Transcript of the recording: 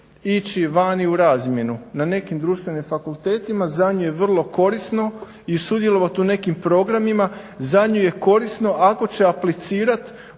ići vani u razmjenu na nekim društvenim fakultetima za nju je vrlo korisno i sudjelovati u nekim programima, za nju korisno ako će aplicirati